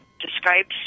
describes